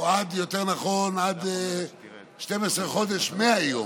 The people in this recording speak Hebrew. או יותר נכון עד 12 חודש מהיום,